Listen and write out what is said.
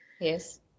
Yes